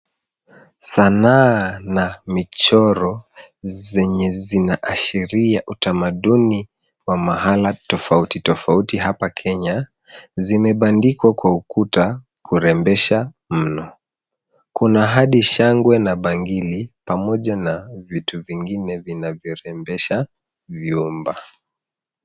Sanaa na michoro zenye zinaashiria utamaduni wa mahala tofauti tofauti hapa Kenya zimebandikwa kwa ukuta kurembesha mno. Kuna hadi shanga na bangili pamoja na vitu vingine vinavyorembesha vyumba.